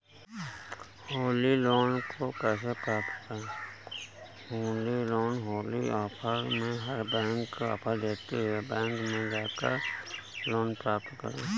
Holi loan को कैसे प्राप्त करें?